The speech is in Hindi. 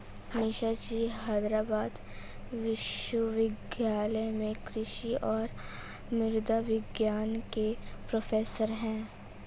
मिश्राजी हैदराबाद विश्वविद्यालय में कृषि और मृदा विज्ञान के प्रोफेसर हैं